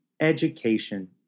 Education